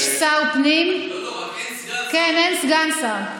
יש שר פנים, אין סגן שר.